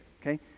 okay